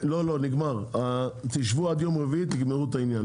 תשבו עד יום רביעי, תגמרו את העניין.